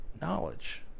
knowledge